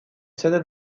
sede